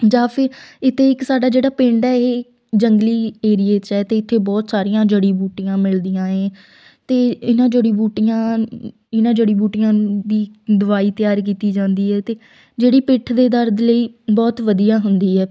ਜਾਂ ਫਿਰ ਇਹ ਤਾਂ ਇੱਕ ਸਾਡਾ ਜਿਹੜਾ ਪਿੰਡ ਹੈ ਇਹ ਜੰਗਲੀ ਏਰੀਏ 'ਚ ਹੈ ਅਤੇ ਇੱਥੇ ਬਹੁਤ ਸਾਰੀਆਂ ਜੜ੍ਹੀ ਬੂਟੀਆਂ ਮਿਲਦੀਆਂ ਹੈ ਅਤੇ ਇਹਨਾਂ ਜੜ੍ਹੀ ਬੂਟੀਆਂ ਇਹਨਾਂ ਜੜ੍ਹੀ ਬੂਟੀਆਂ ਦੀ ਦਵਾਈ ਤਿਆਰ ਕੀਤੀ ਜਾਂਦੀ ਹੈ ਅਤੇ ਜਿਹੜੀ ਪਿੱਠ ਦੇ ਦਰਦ ਲਈ ਬਹੁਤ ਵਧੀਆ ਹੁੰਦੀ ਹੈ